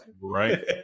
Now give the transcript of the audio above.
Right